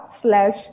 slash